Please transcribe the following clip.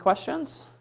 questions?